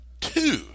two